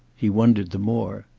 he wondered the more.